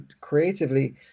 creatively